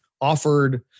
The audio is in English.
offered